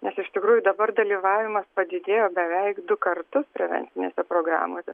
nes iš tikrųjų dabar dalyvavimas padidėjo beveik du kartus prevencinėse programose